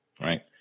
right